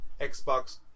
Xbox